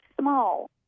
small